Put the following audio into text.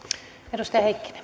arvoisa